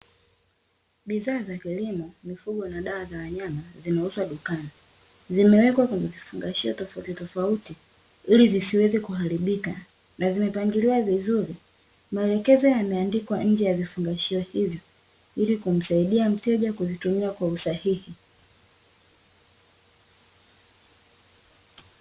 Bidhaa za kilimo, mifugo, na dawa za wanyama zinauzwa dukani, zimewekwa kwenye vifungashio tofauti tofauti ili zisiweze kuharibika na zimepangiliwa vizuri, maelekezo yameandikwa nje ya vifungashio hivyo ili kumsaidia mteja kuvitumia kwa usahihi.